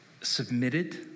submitted